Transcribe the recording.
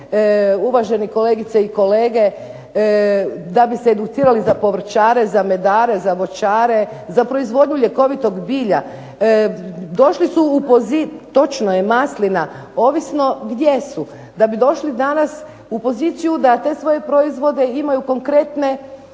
uvaženi kolegice i kolege da bi se educirali za povrćare, za medare, za voćare, za proizvodnju ljekovitog bilja. Došli su u. …/Upadica se ne razumije./… Točno je maslina. Ovisno gdje su. Da bi došli danas u poziciju da te svoje proizvode imaju konkretne